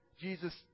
Jesus